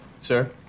Sir